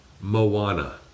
Moana